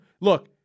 look